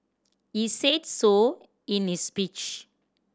he said so in his speech